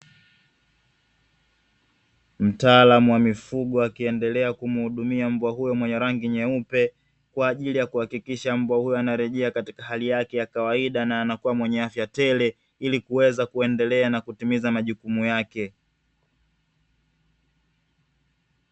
Mtaalam wa mifugo akiendelea kumhudumia mbwa huyo mwenye rangi nyeupe, kwa ajili ya kuhakikisha mbwa huyo anarejea katika hali yake ya kawaida na anakua mwenye afya tele, ili kuweza kuendelea na kutimiza majukumu yake.